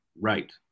Right